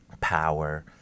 power